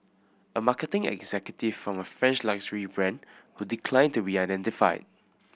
a marketing executive from a French luxury brand who declined to be identified